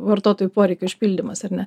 vartotojų poreikių išpildymas ar ne